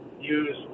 use